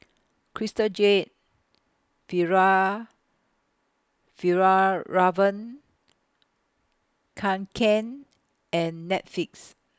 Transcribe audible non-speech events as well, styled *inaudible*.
Crystal Jade *unintelligible* Fjallraven Kanken and Netflix